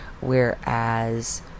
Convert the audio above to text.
whereas